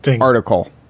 article